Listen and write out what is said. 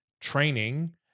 training